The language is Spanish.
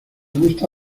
gusta